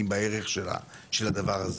בתכל'ס,